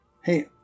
hey